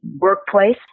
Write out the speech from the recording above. workplace